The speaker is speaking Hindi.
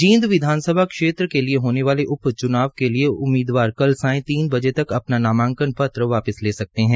जींद विधानसभा क्षेत्र के लिये होने वाले उप च्नाव के लिये उम्मीदवार कल सांय तीन बजे तक अपना नामांकन पत्र वापिस ले सकते है